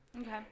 Okay